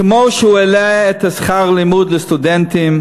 כמו שהוא העלה את שכר הלימוד לסטודנטים,